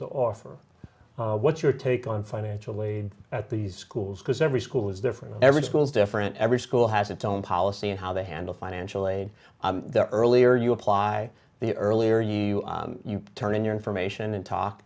to offer what's your take on financial aid these schools because every school is different every school is different every school has its own policy and how they handle financial aid the earlier you apply the earlier you turn in your information and talk